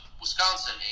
wisconsin